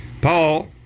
Paul